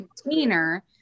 container